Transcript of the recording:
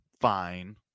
fine